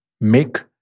make